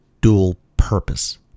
dual-purpose